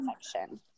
section